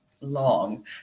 long